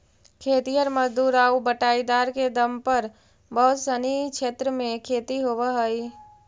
खेतिहर मजदूर आउ बटाईदार के दम पर बहुत सनी क्षेत्र में खेती होवऽ हइ